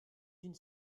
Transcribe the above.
d’une